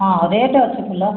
ହଁ ରେଟ୍ ଅଛି ଫୁଲ